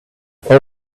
they